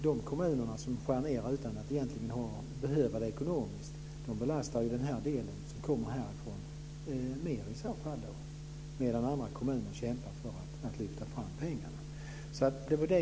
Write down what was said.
De kommuner som skär ned utan att egentligen behöva göra det ekonomiskt belastar de andra kommuner som kämpar för att få fram pengarna.